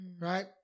right